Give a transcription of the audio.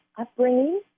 upbringing